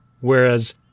whereas